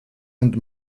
und